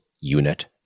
unit